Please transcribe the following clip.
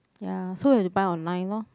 ya so you have to buy online lorh